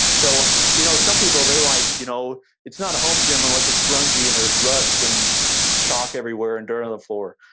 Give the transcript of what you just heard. so you know some people, they like, you know it's not a home gym unless it's grungy and there's rust and shock everywhere and dirt on the floor.